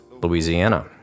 Louisiana